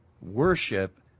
worship